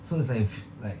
so it's like if like